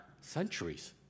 centuries